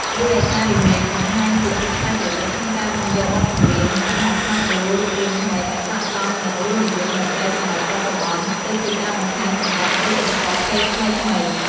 រីឯ ការ Remake បង្ហាញពីភាពច្នៃប្រឌិតក្នុងការនាំយកបទចម្រៀងចាស់មកផ្លាស់ប្ដូររូបរាងថ្មីឲ្យស័ក្តិសមនឹងរសនិយមតន្ត្រីសម័យបច្ចុប្បន្ន ដូចជាការបន្ថែមចង្វាក់ ឬឧបករណ៍ភ្លេងថ្មីៗ។